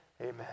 amen